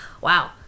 Wow